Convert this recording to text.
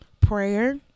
Prayer